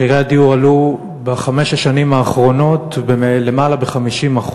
מחירי הדיור עלו בחמש השנים האחרונות בלמעלה מ-50%,